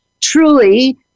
truly